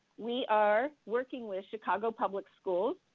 we are working with chicago public schools.